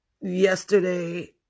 yesterday